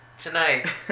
tonight